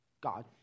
God